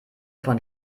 von